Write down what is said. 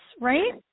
right